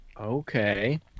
Okay